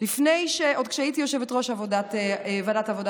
עוד כשהייתי יושבת-ראש ועדת העבודה